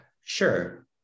Sure